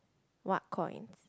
what coins